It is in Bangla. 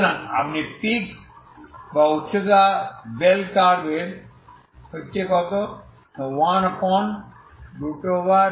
সুতরাং আপনি পিক বা উচ্চতা বেল কার্ভ 112σ2